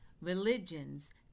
religions